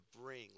bring